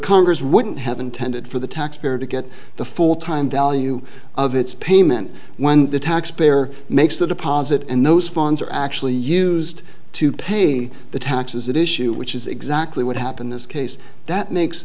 congress wouldn't have intended for the taxpayer to get the full time value of its payment when the taxpayer makes the deposit and those funds are actually used to pay the taxes issue which is exactly what happened this case that makes